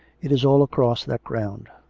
it is all across that ground.